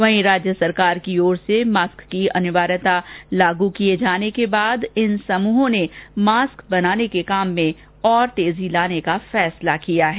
वहीं राज्य सरकार की ओर से मास्क की अनिवार्यता लागू किए जाने के बाद इन समूहों ने मास्क बनाने के काम में और तेजी लाने का फैसला किया है